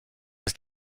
was